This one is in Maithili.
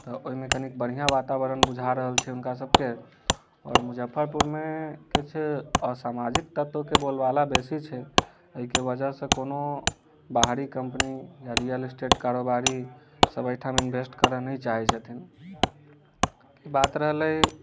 तऽ ओहिमे कनि बढ़िऑं वातावरण बुझा रहल छै हुनका सभके आओर मुजफ्फरपुरमे किछु असामाजिक तत्वके बोलबाला बेसी छै एहिके वजह से कोनो बाहरी कंपनी या रियल इस्टेट कारोबारी सब एहिठाम इन्वेस्ट करऽ नहि चाहै छथिन बात रहलै